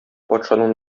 патшаның